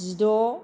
जिद'